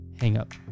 hang-up